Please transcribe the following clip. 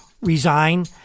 resign